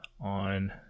on